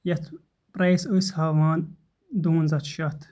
یَتھ پرایز ٲسۍ ہاوان دُوَنٛزاہ شیٚتھ